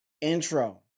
intro